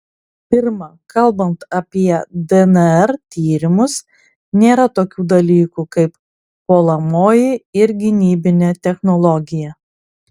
pirma kalbant apie dnr tyrimus nėra tokių dalykų kaip puolamoji ir gynybinė technologija